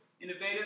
innovative